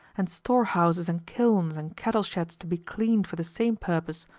and storehouses and kilns and cattle-sheds to be cleaned for the same purpose,